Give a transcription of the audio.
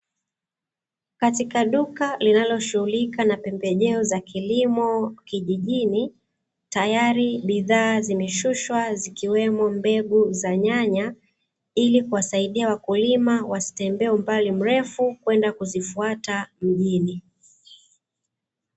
Katika duka linaloshughulika na pembejeo za kilimo kijijini, tayari bidhaa zimeshushwa zikiwemo mbegu za nyanya, ili kuwasaidia wakulima wasitembee umbali mrefu kwenda kuzifuata mjini.